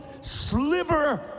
sliver